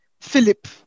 Philip